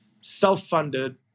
self-funded